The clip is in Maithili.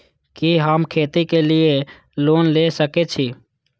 कि हम खेती के लिऐ लोन ले सके छी?